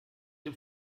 dem